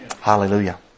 Hallelujah